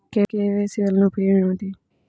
KYC వలన ఉపయోగం ఏమిటీ?